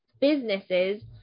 businesses